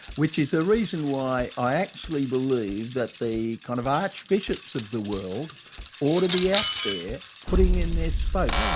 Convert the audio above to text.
which is the ah reason why i actually believe that the, kind of, archbishops of the world ought to be out there putting in their spoke.